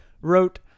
wrote